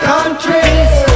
Countries